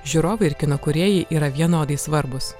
žiūrovai ir kino kūrėjai yra vienodai svarbūs